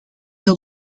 dat